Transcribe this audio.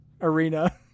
arena